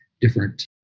different